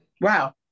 Wow